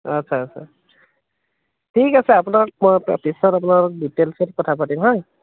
আচ্ছা আচ্ছা ঠিক আছে আপোনাক মই পিছত আপোনাৰ লগত ডিটেইলছত কথা পাতিম হাঁ